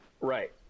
Right